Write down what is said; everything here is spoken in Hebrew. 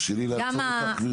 ואני